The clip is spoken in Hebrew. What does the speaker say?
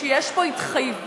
שיש פה התחייבות,